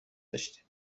داشتیم